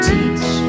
Teach